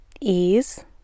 ease